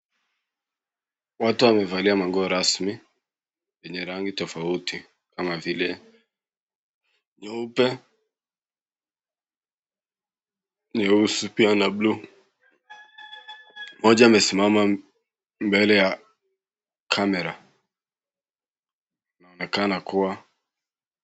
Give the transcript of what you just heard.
Watu wamevalia manguo rasmi yenye rangi tofauti kama vile nyeupe, nyeusi pia na blue moja amesimama mbele ya camera anaonekana kuwa....